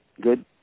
good